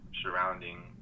surrounding